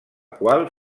qual